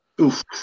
Oof